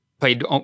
played